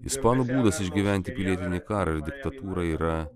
ispanų būdas išgyventi pilietinį karą ir diktatūrą yra